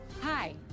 Hi